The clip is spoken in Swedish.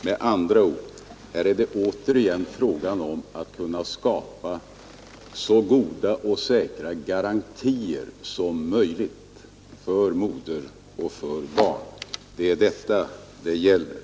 Med andra ord, här är det frågan om att kunna skapa så goda och säkra garantier som möjligt för moder och barn. Det är detta det gäller.